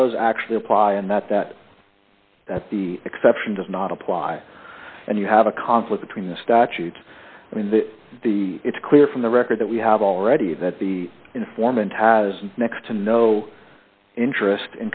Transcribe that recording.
does actually apply and that that that the exception does not apply and you have a conflict between the statute i mean the it's clear from the record that we have already that the informant has next to no interest